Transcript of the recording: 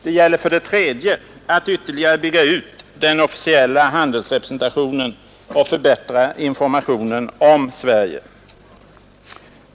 Det gäller för det tredje att ytterligare bygga ut den officiella handelsrepresentationen och förbättra informationen om Sverige.